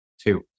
two